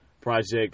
project